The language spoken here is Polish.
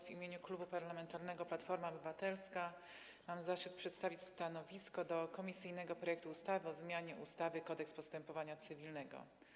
W imieniu Klubu Parlamentarnego Platforma Obywatelska mam zaszczyt przedstawić stanowisko dotyczące komisyjnego projektu ustawy o zmianie ustawy Kodeks postępowania cywilnego.